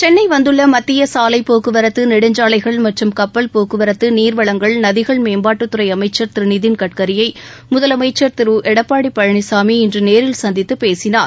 சென்னை வந்துள்ள மத்திய சாலை போக்குவரத்து நெடுஞ்சாலைகள் மற்றும் கப்பல் போக்குவரத்து நீர்வளங்கள் நதிகள் மேம்பாட்டுத்துறை அமைச்சர் திரு நிதின்கட்கரியை முதலமைச்சர் திரு எடப்பாடி பழனிளமி இன்று நேரில் சந்தித்து பேசினார்